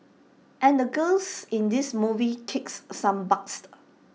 and the girls in this movie kick some butt